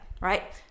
right